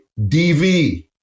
DV